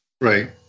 right